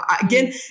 again